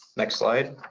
next slide.